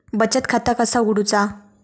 बचत खाता कसा उघडूचा?